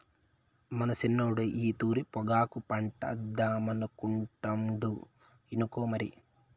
మన సిన్నోడు ఈ తూరి పొగాకు పంటేద్దామనుకుంటాండు ఇనుకో మరి